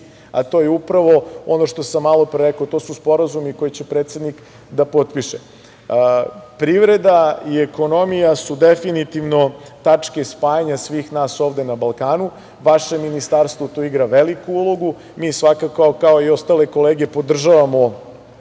a to je upravo, ono što sam malopre rekao, to su sporazumi koje će predsednik da potpiše. Privreda i ekonomija su definitivno tačke spajanja svih nas ovde na Balkanu. Vaše ministarstvo tu igra veliku ulogu. Mi svakako, ali kao i ostale kolege podržavamo